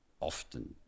often